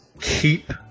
Keep